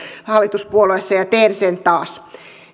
hallituspuolueessa ja teen sen taas